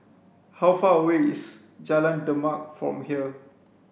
how far away is Jalan Demak from here